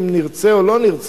אם נרצה או לא נרצה,